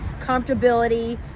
comfortability